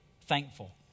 thankful